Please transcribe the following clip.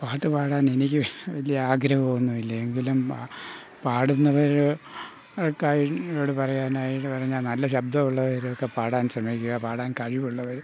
പാട്ടു പാടാൻ എനിക്ക് വലിയ ആഗ്രഹം ഒന്നും ഇല്ല എങ്കിലും പാടുന്നവർ ഒക്കെ എന്നോട് പറയാനായിട്ട് പറഞ്ഞാൽ നല്ല ശബ്ദം ഉള്ളവരൊക്കെ പാടാൻ ശ്രമിക്കുക പാടാൻ കഴിവുള്ളവർ